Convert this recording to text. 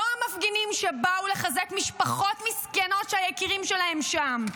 לא המפגינים שבאו לחזק משפחות מסכנות שהיקירים שלהן שם.